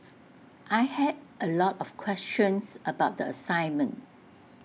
I had A lot of questions about the assignment